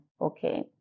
okay